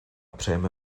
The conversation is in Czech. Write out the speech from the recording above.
přejeme